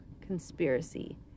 conspiracy